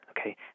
Okay